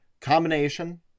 combination